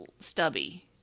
stubby